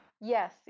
Yes